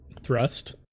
Thrust